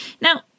Now